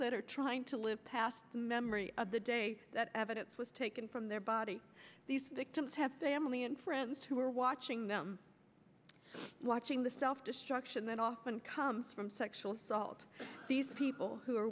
that are trying to live past the memory of the day that evidence was taken from their body these victims have family and friends who are watching them watching the self destruction that often come from sexual assault these people who are